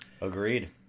Agreed